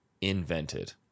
invented